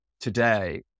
today